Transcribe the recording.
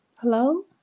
hello